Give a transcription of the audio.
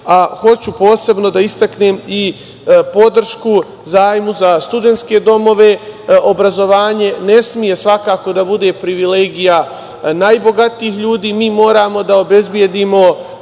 a hoću posebno da istaknem i podršku zajmu za studentske domove. Obrazovanje ne sme da bude privilegija najbogatijih ljudi. Mi moramo da obezbedimo